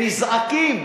ונזעקים.